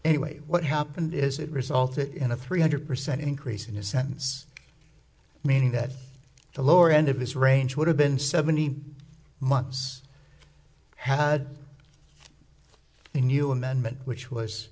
anyway what happened is it resulted in a three hundred percent increase in the sentence meaning that the lower end of this range would have been seventy months had a new amendment which was